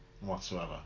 Whatsoever